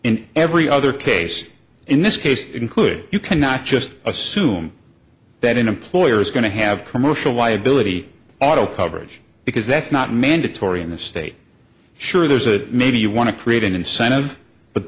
in every other case in this case included you cannot just assume that an employer is going to have commercial liability auto coverage because that's not mandatory in the state sure there's a maybe you want to create an incentive but